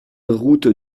route